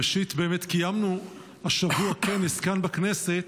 ראשית, באמת קיימנו השבוע כנס כאן בכנסת